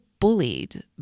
bullied